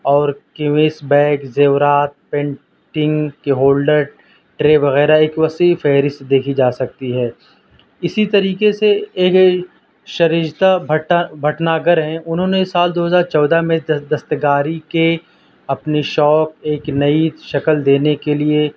اور canvas bag زیورات painting کے ہولڈر ٹرے وغیرہ ایک وسیع فہرست دیکھی جا سکتی ہے اسی طریقے سے ایک شریزدہ بھٹّا بھٹناگر ہیں انہوں سال دو ہزار چودہ میں دستکاری کے اپنے شوق ایک نئی شکل دینے کے لیے